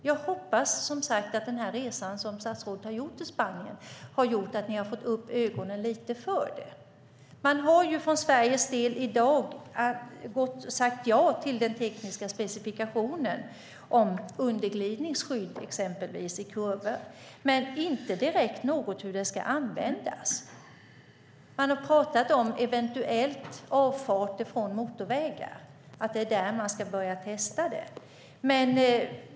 Jag hoppas som sagt att den resa till Spanien som statsrådet har gjort har medfört att ni har fått upp ögonen lite grann för detta. Från Sveriges del har man sagt ja till den tekniska specifikationen av exempelvis underglidningsskydd i kurvor men inte direkt sagt något om hur det ska användas. Man har pratat om avfarter från motorvägar eventuellt, att det är där man ska börja testa.